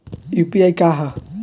UPI का ह?